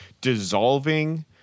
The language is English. dissolving